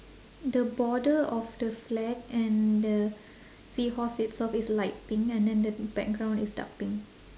the border of the flag and the seahorse itself is light pink and then the background is dark pink